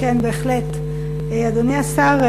אדוני השר,